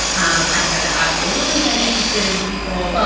um i have absolutely been interested in people.